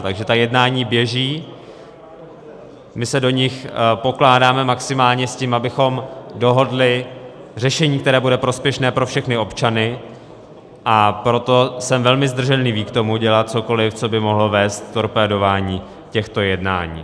Takže jednání běží, my se do nich pokládáme maximálně s tím, abychom dohodli řešení, které bude prospěšné pro všechny občany, a proto jsem velmi zdrženlivý k tomu, dělat cokoli, co by mohlo vést k torpédování těchto jednání.